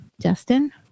Justin